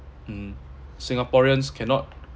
mm singaporeans cannot